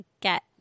get